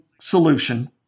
solution